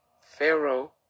pharaoh